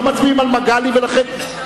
לא מצביעים על הצעת מגלי, ולכן,